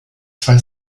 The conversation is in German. zwei